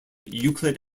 euclid